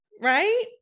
right